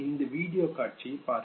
இந்த வீடியோ காட்சியை பாருங்கள்